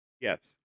Yes